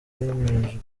yemejwe